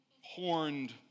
horned